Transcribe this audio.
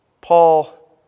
Paul